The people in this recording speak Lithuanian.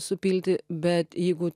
supilti bet jeigu